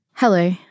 Hello